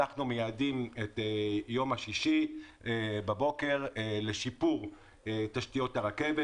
אנחנו מייעדים את יום שישי בבוקר לשיפור תשתיות הרכבת.